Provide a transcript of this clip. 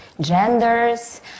genders